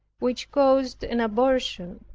which caused an abortion.